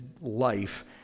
life